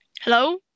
hello